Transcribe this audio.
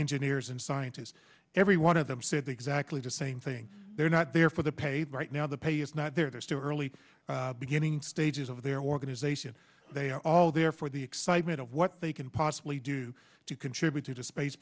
engineers and scientists every one of them said they exactly the same thing they're not there for the pay right now the pay is not there there's too early beginning stages of their organization they are all there for the excitement of what they can possibly do to contribute to the space